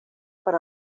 per